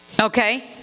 okay